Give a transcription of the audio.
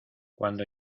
cuando